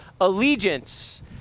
allegiance